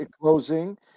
closing